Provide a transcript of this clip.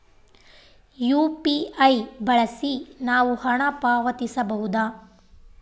UPI ಬಳಸಿ ನಾವು ಹಣ ಪಾವತಿಸಬಹುದಾ?